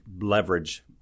leverage